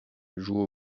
joue